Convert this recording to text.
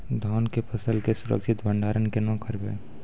धान के फसल के सुरक्षित भंडारण केना करबै?